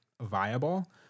viable